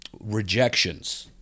rejections